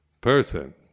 person